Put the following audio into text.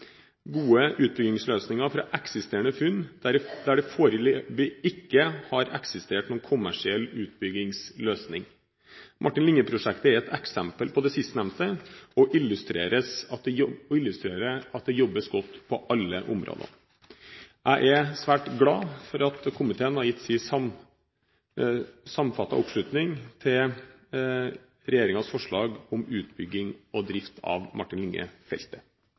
gode utbyggingsløsninger fra eksisterende funn, der det foreløpig ikke har eksistert noen kommersiell utbyggingsløsning. Martin Linge-prosjektet er et eksempel på det sistnevnte og illustrerer at det jobbes godt på alle områder. Jeg er svært glad for komiteens samstemmige oppslutning om regjeringens forslag om utbygging og drift av Martin